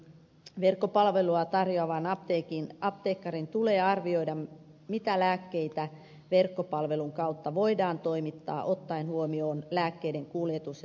verkkopalvelua tarjoavan apteekkarin tulee arvioida mitä lääkkeitä verkkopalvelun kautta voidaan toimittaa ottaen huomioon lääkkeiden kuljetus ja säilytysolosuhteet